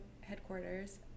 headquarters